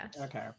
okay